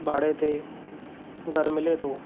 भाड़े ते घरु मिले थो